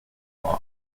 law